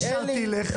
רק כדי להאיר את עינך.